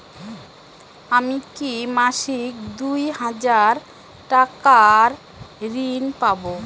আমি কি মাসিক দুই হাজার টাকার ঋণ পাব?